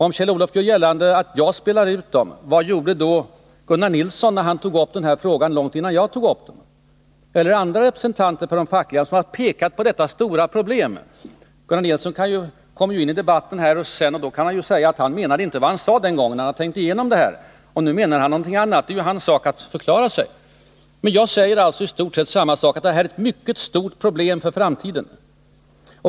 Om Kjell-Olof Feldt gör gällande att jag spelar ut grupperna mot varandra — vad gjorde då Gunnar Nilsson när han tog upp denna fråga långt innan jag gjorde det? Vad gjorde andra fackliga representanter som har pekat på detta problem? Gunnar Nilsson kommer in i debatten här senare, och då kan han ju säga vad han menade den gången. Jag säger alltså i stort sett samma sak. Det här är ett mycket stort problem för framtiden.